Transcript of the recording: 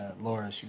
Laura